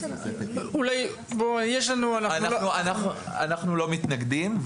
אנחנו לא מתנגדים.